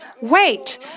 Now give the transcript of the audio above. wait